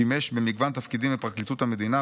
שימש במגוון תפקידים בפרקליטות המדינה,